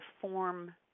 form